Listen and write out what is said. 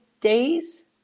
days